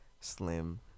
Slim